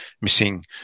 missing